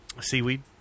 Seaweed